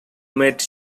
met